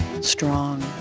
strong